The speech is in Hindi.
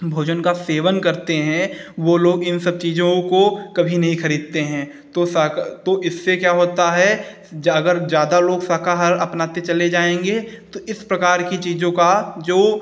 भोजन का सेवन करते हैं वो लोग इन सब चीज़ों को कभी नहीं खरीदते हैं तो साक तो इससे क्या होता है अगर ज़्यादा लोग शाकाहार अपनाते चले जाएँगे तो इस प्रकार की चीज़ों का जो